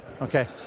okay